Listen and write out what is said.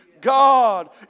God